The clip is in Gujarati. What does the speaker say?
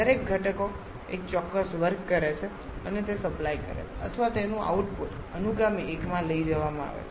દરેક ઘટકો એક ચોક્કસ વર્ક કરે છે અને તે સપ્લાય કરે છે અથવા તેનું આઉટપુટ અનુગામી એકમાં લઈ જવામાં આવે છે